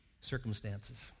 circumstances